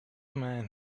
man